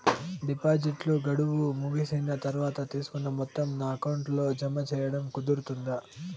డిపాజిట్లు గడువు ముగిసిన తర్వాత, తీసుకున్న మొత్తం నా అకౌంట్ లో జామ సేయడం కుదురుతుందా?